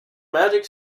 magic